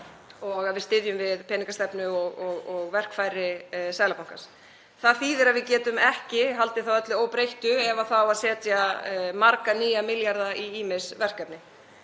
og að við styðjum við peningastefnu og verkfæri Seðlabankans. Það þýðir að við getum ekki haldið öllu óbreyttu ef það á að setja marga nýja milljarða í ýmis verkefni.